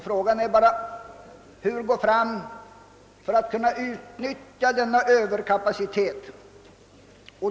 Frågan är: Hur gå fram för att på bästa sätt kunna utnyttja denna överkapacitet?